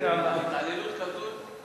התעללות כזאת,